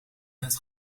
het